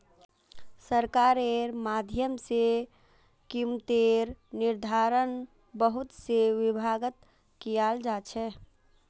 सरकारेर माध्यम से कीमतेर निर्धारण बहुत से विभागत कियाल जा छे